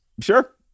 Sure